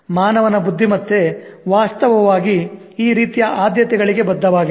ಮಾನವನ ಬುದ್ಧಿಮತ್ತೆ ವಾಸ್ತವವಾಗಿ ಈ ರೀತಿಯ ಆದ್ಯತೆಗಳಿಗೆ ಬದ್ಧವಾಗಿಲ್ಲ